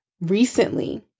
recently